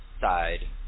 side